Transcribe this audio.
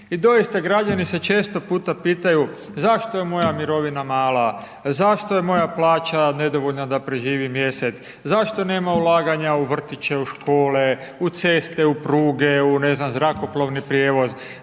I doista građani se često puta pitaju zašto je moja mirovina mala, zašto je moja plaća nedovoljna da preživim mjesec, zašto nema ulaganja u vrtiće, u škole, u ceste, u pruge, u ne znam zrakoplovni prijevoz,